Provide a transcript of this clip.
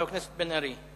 חבר הכנסת בן-ארי.